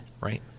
Right